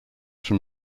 from